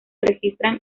registran